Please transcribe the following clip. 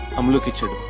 um look at her.